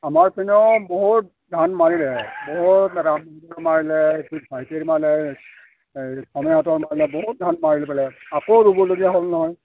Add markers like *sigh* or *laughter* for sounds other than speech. আমাৰ পিনেও বহুত ধান মাৰিলে বহুত *unintelligible* মোৰ ভাইটিৰ মাৰিলে এই ফনিহঁতৰ মাৰিলে বহুত ধান মাৰিলে আকৌ ৰুবলগীয়া হ'ল নহয়